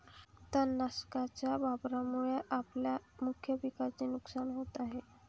तणनाशकाच्या वापरामुळे आपल्या मुख्य पिकाचे नुकसान होत नाही